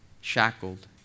shackled